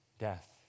death